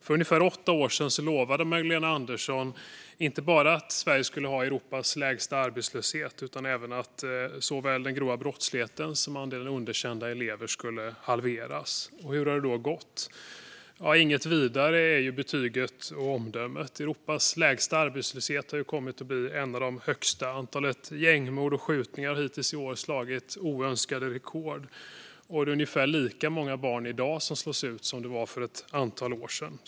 För ungefär åtta år sedan lovade Magdalena Andersson inte bara att Sverige skulle ha Europas lägsta arbetslöshet utan även att såväl den grova brottsligheten som andelen underkända elever skulle halveras. Hur har det då gått? Inget vidare, är betyget och omdömet. Europas lägsta arbetslöshet har kommit att bli en av de högsta. Antalet gängmord och skjutningar hittills i år har slagit oönskade rekord. Det är ungefär lika många barn i dag som slås ut som det var för ett antal år sedan.